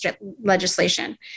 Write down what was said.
legislation